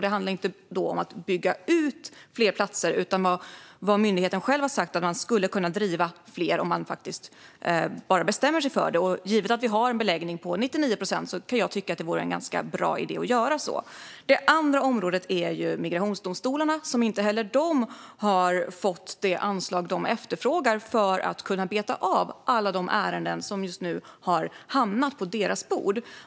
Det handlar inte om att bygga ut fler platser utan om att myndigheten själv har sagt att man skulle kunna driva fler platser om man faktiskt bara bestämmer sig för det. Givet att vi har en beläggning på 99 procent kan jag tycka att det vore en ganska bra idé att göra så. Vad gäller migrationsdomstolarna har de inte heller fått det anslag de efterfrågar för att kunna beta av alla de ärenden som just nu har hamnat på deras bord.